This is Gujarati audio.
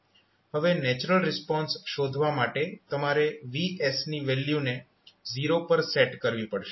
હવે નેચરલ રિસ્પોન્સ શોધવા માટે તમારે VS ની વેલ્યુને 0 પર સેટ કરવી પડશે